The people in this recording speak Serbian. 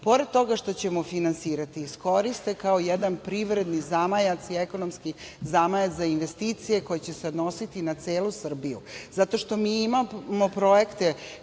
pored toga što ćemo finansirati, iskoriste kao jedan privredni i ekonomski zamajac za investicije koje će se odnositi na celu Srbiju, zato što mi imamo projekte